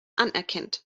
anerkennt